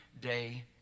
day